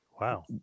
Wow